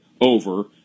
over